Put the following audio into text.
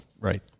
right